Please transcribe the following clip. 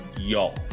Y'all